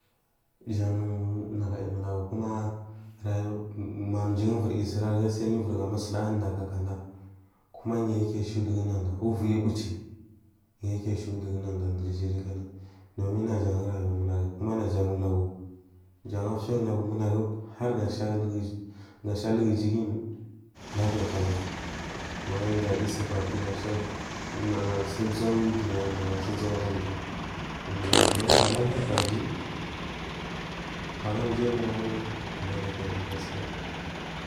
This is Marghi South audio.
Jangu nagu imunagu kuma rayu mamjigu ivuri yu ivuri ga musɗagu ɗakaknada kuma niyu ki shadugu nanda uvuyi ubidhi niyu ki shu dugu naɗa shikman dun gri kina najagu rayuwa munagu kuma najapu ulagu jan fiyan ulagu munaju harga sha ahuga ijuguy lapiya kalau awai gayiubatiba naga sa ʒau dumya nagasa ʒau adagju mai nagu gaɗa lapiya kakamji paga mji aimunagumai abana kenan gaskiya.